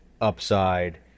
upside